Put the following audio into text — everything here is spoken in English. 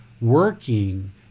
working